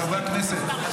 חברי הכנסת,